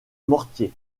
mortiers